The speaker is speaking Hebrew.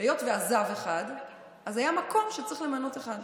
היות שעזב אחד, היה מקום, צריך למנות אחד.